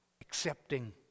accepting